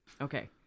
Okay